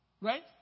Right